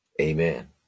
Amen